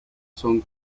son